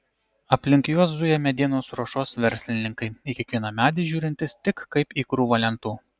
aplink juos zuja medienos ruošos verslininkai į kiekvieną medį žiūrintys tik kaip į krūvą lentų